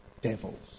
devils